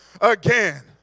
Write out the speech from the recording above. again